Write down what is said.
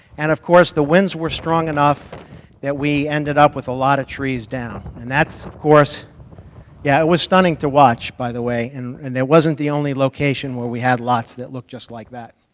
and, of course, the winds were strong enough that we ended up with a lot of trees down, and that's, of course yeah, it was stunning to watch, by the way, and and it wasn't the only location where we had lots that looked just like that.